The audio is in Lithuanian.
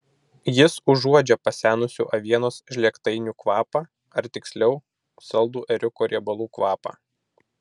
jis užuodžia pasenusių avienos žlėgtainių kvapą ar tiksliau saldų ėriuko riebalų kvapą